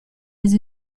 les